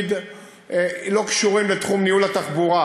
והם לא קשורים לתחום ניהול התחבורה.